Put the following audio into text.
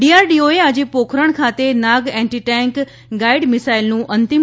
DRDO એ આજે પોખરણ ખાતે નાગ એન્ટી ટેન્ક ગાઇડ મિસાઇલનું અંતિમ